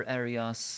areas